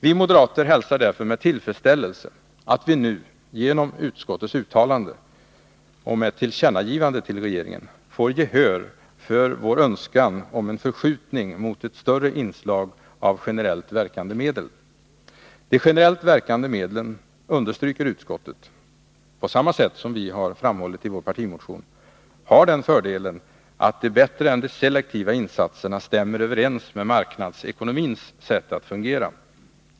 Vi moderater hälsar därför med tillfredsställelse att vi nu, genom utskottets uttalande om ett tillkännagivande för regeringen, får gehör för vår önskan om en förskjutning mot ett större inslag av generellt verkande medel. De generellt verkande medlen, som utskottet understryker på samma sätt som vi framhållit i vår partimotion, har den fördelen att de bättre än de selektiva insatserna stämmer överens med marknadsekonomins sätt att fungera.